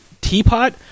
teapot